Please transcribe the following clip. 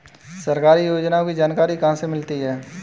सरकारी योजनाओं की जानकारी कहाँ से मिलती है?